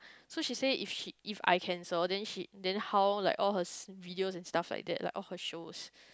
so she say if she if I cancel then she then how like all her video and stuff like that all her shows